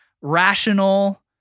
rational